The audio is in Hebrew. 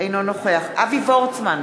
אינו נוכח אבי וורצמן,